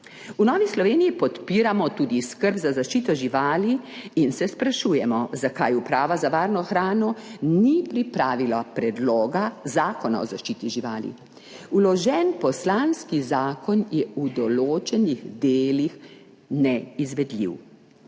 V Novi Sloveniji podpiramo tudi skrb za zaščito živali in se sprašujemo zakaj Uprava za varno hrano ni pripravila predloga zakona o zaščiti živali. Vložen poslanski zakon je v določenih delih neizvedljiv,